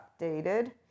updated